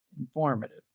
informative